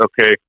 okay